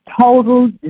total